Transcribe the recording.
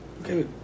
Okay